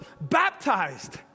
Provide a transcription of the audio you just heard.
baptized